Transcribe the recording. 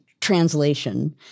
translation